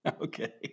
Okay